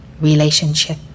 relationship